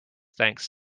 thanks